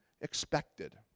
expected